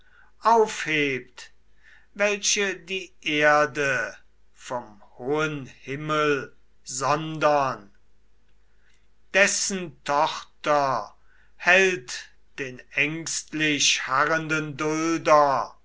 aufhebt welche die erde vom hohen himmel sondern dessen tochter hält den ängstlich harrenden dulder